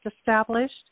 established